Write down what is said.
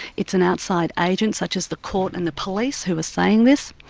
it's an outside agent such as the court and the police who are saying this.